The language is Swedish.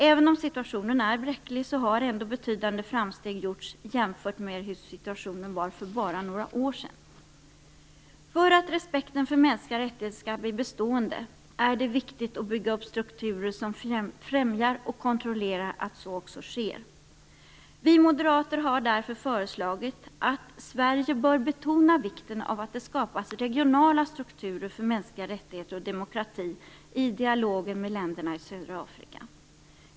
Även om situationen är bräcklig har betydande framsteg gjorts jämfört med hur situationen var för bara några år sedan. För att respekten för mänskliga rättigheter skall bli bestående är det viktigt att vi bygger upp strukturer som främjar och kontrollerar att så också sker. Vi moderater har därför föreslagit att Sverige bör betona vikten av att det skapas regionala strukturer för mänskliga rättigheter och demokrati i dialogen med länderna i södra Afrika.